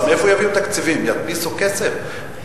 אז מאיפה יביאו תקציבים, ידפיסו כסף?